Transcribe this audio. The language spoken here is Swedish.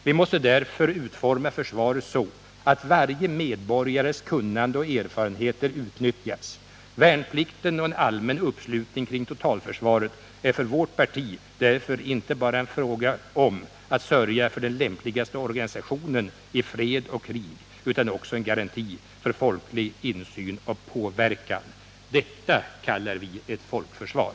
Vi måste därför utforma försvaret så att varje medborgares kunnande och erfarenheter utnyttjas. Värnplikten och en allmän uppslutning kring totalförsvaret är för vårt parti därför inte bare en fråga om att sörja för den lämpligaste organisationen i fred och krig utan också en garanti för folklig insyn och påverkan. Det kallar vi ett folkförsvar.